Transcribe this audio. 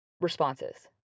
responses